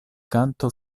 canto